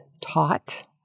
taught